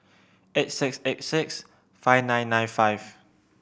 eight six eight six five nine nine five